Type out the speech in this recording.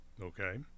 Okay